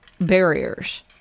barriers